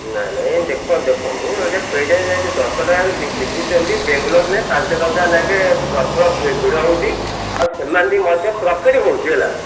ନାଇଁ ନାଇଁ ଦେଖନ୍ତୁ ଦେଖନ୍ତୁ ଏଇଟା ଏଇଟା ଦଶଟଙ୍କାରେ ଯେଉଁ ବିକୁଛନ୍ତି ବେଙ୍ଗଲୋରରେ ପାଞ୍ଚ ଟଙ୍କା ନାକେ ପ୍ରବଳ ଭିଡ଼ ହେଉଛି ଆଉ ସେମାନେ ବି ମଧ୍ୟ ପ୍ରଫିଟ୍ ହେଉଛି ହେଲା